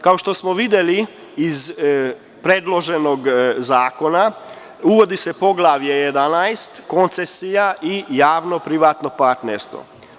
Kao što smo videli iz predloženog zakona, uvodi se poglavlje 11 – koncesija i javno privatno partnerstvo.